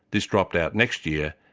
this dropped out next year,